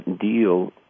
deal